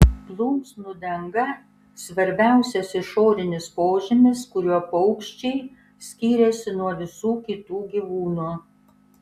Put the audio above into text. plunksnų danga svarbiausias išorinis požymis kuriuo paukščiai skiriasi nuo visų kitų gyvūnų